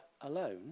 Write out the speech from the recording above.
alone